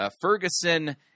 Ferguson